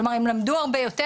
כלומר הם למדו הרבה יותר,